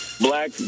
black